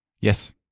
Yes